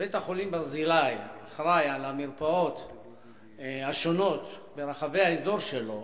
שבית-החולים "ברזילי" אחראי למרפאות השונות ברחבי האזור שלו,